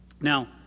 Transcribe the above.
Now